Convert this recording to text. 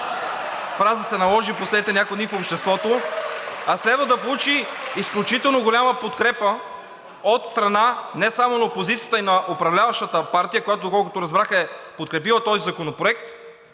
фраза се наложи последните няколко дни в обществото. (Смях, шум и реплики в залата.) А следва да получи изключително голяма подкрепа от страна не само на опозицията, а и на управляващата партия, която, доколкото разбрах, е подкрепила този законопроект.